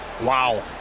Wow